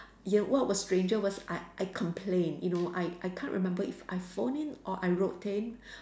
ya what was stranger was I I complained you know I I can't remember if I phoned in or I wrote in